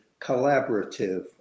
collaborative